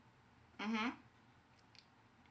mmhmm